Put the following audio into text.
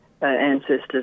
ancestors